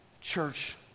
church